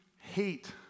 hate